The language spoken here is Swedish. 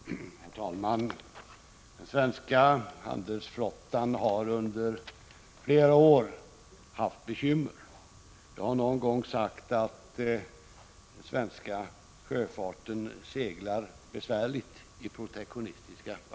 Herr talman! Den svenska handelsflottan har under flera år haft bekymmer. Jag har någon gång sagt att den svenska sjöfarten seglar besvärligt i protektionistiska vatten.